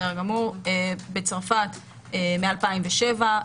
מצרפת מ-2007,